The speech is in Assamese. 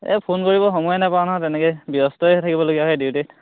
এই ফোন কৰিবলৈ সময় নাপাওঁ নহয় তেনেকৈ ব্যস্তই থাকিবলগীয়া হয় ডিউটিত